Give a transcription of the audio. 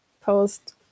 post